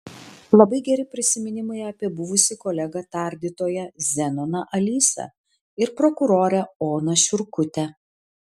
labai geri prisiminimai apie buvusį kolegą tardytoją zenoną alysą ir prokurorę oną šiurkutę